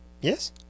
Yes